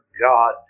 God